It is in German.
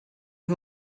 wir